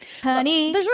Honey